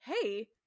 hey